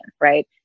right